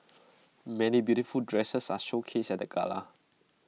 many beautiful dresses are showcased at the gala